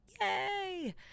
Yay